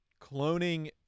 cloning